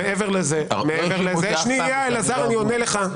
לא האשימו אותי אף פעם --- שנייה, אני אענה לך.